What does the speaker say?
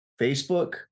Facebook